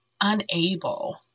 unable